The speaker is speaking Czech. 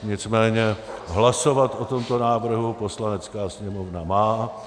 Nicméně hlasovat o tomto návrhu Poslanecká sněmovna má.